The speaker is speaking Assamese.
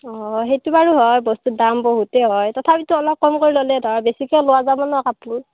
অ' সেইটো বাৰু হয় বস্তুৰ দাম বহুতে হয় তথাপিটো অলপ কম কৰি ল'লে ধৰ বেছিকৈ লোৱা যাব ন কাপোৰ